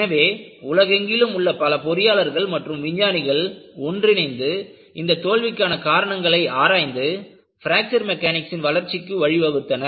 எனவே உலகெங்கிலும் உள்ள பல பொறியியலாளர்கள் மற்றும் விஞ்ஞானிகள் ஒன்றிணைந்து இந்த தோல்விக்கான காரணங்களை ஆராய்ந்து பிராக்ச்சர் மெக்கானிக்ஸின் வளர்ச்சிக்கு வழிவகுத்தனர்